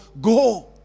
go